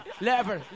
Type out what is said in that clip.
Level